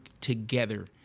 together